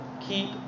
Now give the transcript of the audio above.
keep